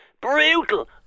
Brutal